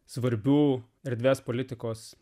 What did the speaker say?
svarbių erdvės politikos